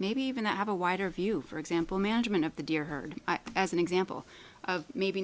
maybe even to have a wider view for example management of the deer herd as an example of maybe